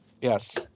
Yes